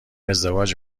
ازدواج